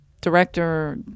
director